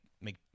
make